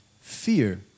fear